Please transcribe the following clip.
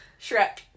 Shrek